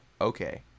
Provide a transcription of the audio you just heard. okay